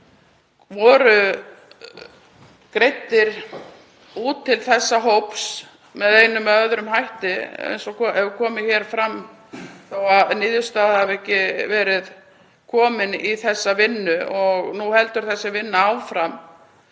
fjármunir greiddir út til þessa hóps með einum eða öðrum hætti, eins og hefur komið fram, þó að niðurstaða hafi ekki verið komin í þessa vinnu. Nú heldur þessi vinna áfram